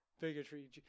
bigotry